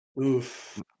Oof